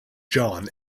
john